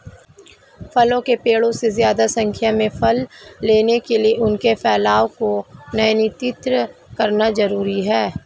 फलों के पेड़ों से ज्यादा संख्या में फल लेने के लिए उनके फैलाव को नयन्त्रित करना जरुरी है